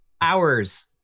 hours